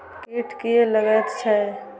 कीट किये लगैत छै?